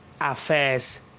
affairs